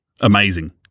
Amazing